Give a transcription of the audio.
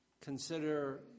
consider